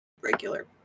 regular